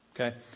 okay